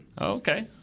Okay